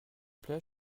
plait